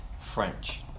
French